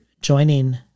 joining